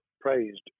praised